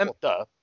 duh